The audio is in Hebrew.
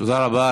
תודה רבה.